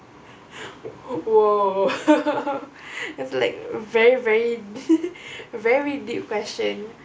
!whoa! it's like very very very deep question